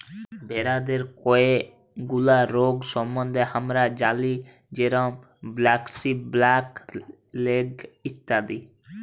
ভেরাদের কয়ে গুলা রগ সম্বন্ধে হামরা জালি যেরম ব্র্যাক্সি, ব্ল্যাক লেগ ইত্যাদি